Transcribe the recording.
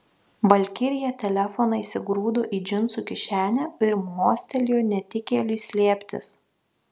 valkirija telefoną įsigrūdo į džinsų kišenę ir mostelėjo netikėliui slėptis